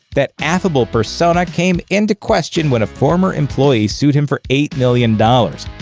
that affable persona came into question when a former employee sued him for eight million dollars,